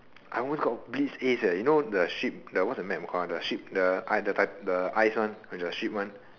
I almost got blitz ace eh you know the ship the what's the map called the ship the the the ice [one] into the ship [one]